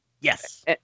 Yes